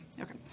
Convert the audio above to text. Okay